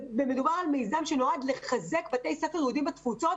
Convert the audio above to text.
מדובר על מיזם שנועד לחזק בתי ספר יהודיים בתפוצות,